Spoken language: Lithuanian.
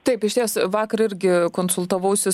taip išties vakar irgi konsultavausi